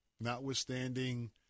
Notwithstanding